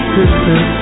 Sisters